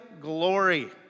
glory